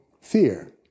fear